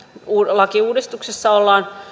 lakiuudistuksessa ollaan